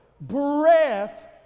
breath